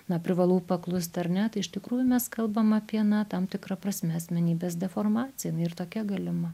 na privalau paklusti ar ne tai iš tikrųjų mes kalbam apie na tam tikra prasme asmenybės deformaciją jinai ir tokia galima